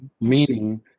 meaning